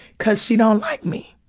cause she don't like me.